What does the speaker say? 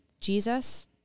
Jesus